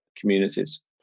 communities